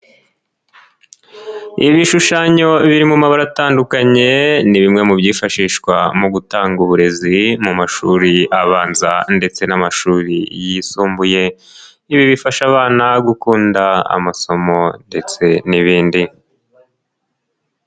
Ibishushanyo biri mu mabara atandukanye ni bimwe mu byifashishwa mu gutanga uburezi mu mashuri abanza ndetse n'amashuri yisumbuye, ibi bifasha abana gukunda amasomo ndetse n'ibindi.